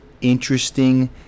interesting